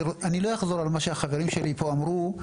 אני לא אחזור על מה שהחברים שלי פה אמרו.